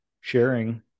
sharing